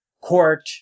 court